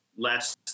less